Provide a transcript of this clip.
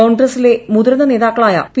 കോൺഗ്രസിലെ മുതിർന്ന നേതാക്കളായ പി